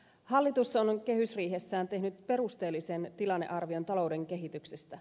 hallitus on kehysriihessään tehnyt perusteellisen tilannearvion talouden kehityksestä